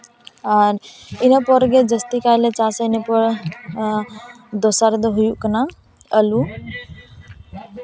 ᱟᱨ ᱤᱱᱟᱹᱯᱚᱨ ᱜᱮ ᱡᱟᱹᱥᱛᱤ ᱠᱟᱭᱞᱮ ᱪᱟᱥᱼᱟ ᱤᱱᱟᱹ ᱯᱚᱨ ᱫᱚᱥᱟᱨ ᱫᱚ ᱦᱩᱭᱩᱜ ᱠᱟᱱᱟ ᱟᱹᱞᱩ